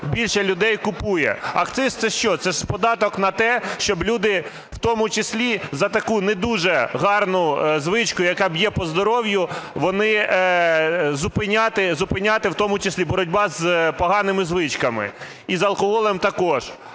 більше людей купує. Акциз це що? Це податок на те, щоб люди, в тому числі за таку не дуже гарну звичку, яка б'є по здоров'ю, щоб зупиняти, в тому числі – боротьба з поганими звичками і з алкоголем також.